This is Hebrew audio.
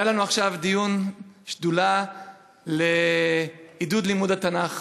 היה לנו עכשיו דיון בשדולה לעידוד לימוד התנ"ך.